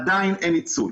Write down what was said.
עדיין אין ניצול.